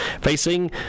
Facing